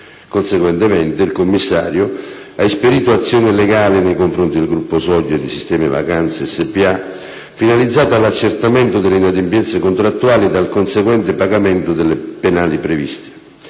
Conseguentemente, il commissario ha esperito azione legale nei confronti del gruppo Soglia e di Sistema Vacanze s.p.a., finalizzata all'accertamento delle inadempienze contrattuali ed al conseguente pagamento delle penali previste.